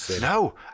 No